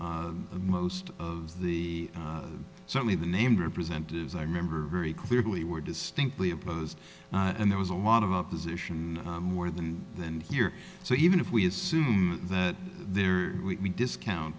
most of the certainly the name representatives i remember very clearly were distinctly opposed and there was a lot of opposition more than than here so even if we assume that there are we discount